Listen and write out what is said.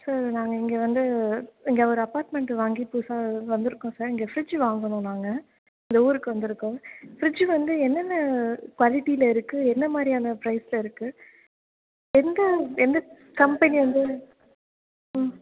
sir நாங்கள் இங்கே வந்து இங்கே ஒரு அப்பார்ட்மெண்ட் வாங்கி புதுசாக வந்திருக்கோம் சார் இங்கே ஃபிரிட்ஜு வாங்கணும் நாங்கள் இந்த ஊருக்கு வந்திருக்கோம் ஃபிரிட்ஜு வந்து என்னென்ன குவாலிட்டியில் இருக்குது என்ன மாதிரியான ப்ரைஸில் இருக்குது எங்கே எந்த கம்பெனி வந்து ம்